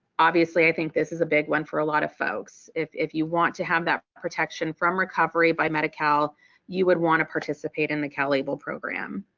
obviously i think this is a big one for a lot of folks. if if you want to have that protection from recovery by medi-cal you would want to participate in the calable program.